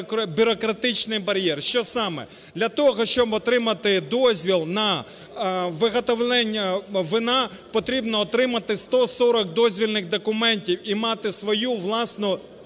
бюрократичний бар'єр. Що саме? Для того, щоб отримати дозвіл на виготовлення вина, потрібно отримати 140 дозвільних документів і мати свою власну